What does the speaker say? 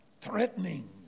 threatening